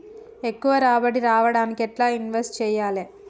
ఎక్కువ రాబడి రావడానికి ఎండ్ల ఇన్వెస్ట్ చేయాలే?